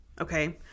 Okay